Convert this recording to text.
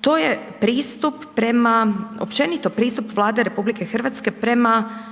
to je pristup prema općenito pristup Vlade RH prema